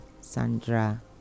sandra